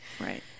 Right